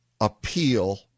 appeal